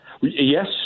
Yes